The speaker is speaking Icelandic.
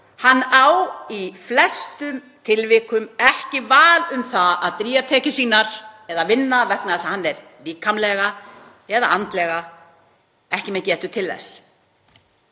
Hann á í flestum tilvikum ekki val um að drýgja tekjur sínar eða vinna vegna þess að hann er líkamlega eða andlega ekki með getu til þess.